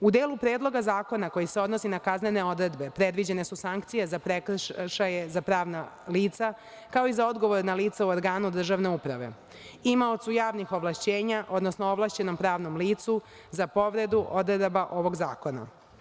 U delu Predloga zakona koji se odnosi na kaznene odredbe predviđene su sankcije za prekršaje za pravna lica, kao i za odgovorna lica u organu državne uprave, imaocu javnih ovlašćenja, odnosno ovlašćenom pravnom licu, za povredu odredaba ovog zakona.